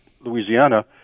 Louisiana